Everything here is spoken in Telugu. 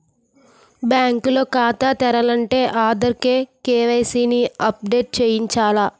బ్యాంకు లో ఖాతా తెరాలంటే ఆధార్ తో కే.వై.సి ని అప్ డేట్ చేయించాల